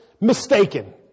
mistaken